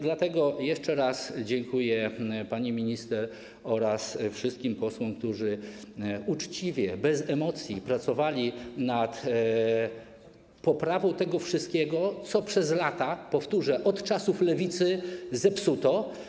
Dlatego jeszcze raz dziękuję pani minister oraz wszystkim posłom, którzy uczciwie, bez emocji pracowali nad poprawą tego wszystkiego, co przez lata - powtórzę: od czasów Lewicy - zepsuto.